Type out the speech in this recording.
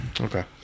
Okay